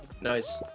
Nice